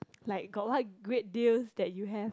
like got what great deals that you have